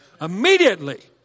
immediately